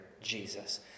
Jesus